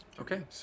Okay